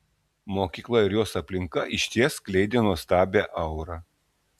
mokykla ir jos aplinka išties skleidė nuostabią aurą